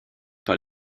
par